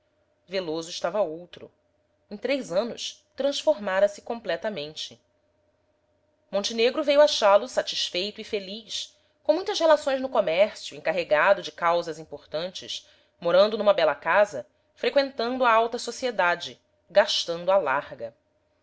veloso estava outro em três anos transformara-se completamente montenegro veio achá-lo satisfeito e feliz com muitas relações no comércio encarregado de causas importantes morando numa bela casa freqüentando a alta sociedade gastando à larga